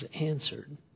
answered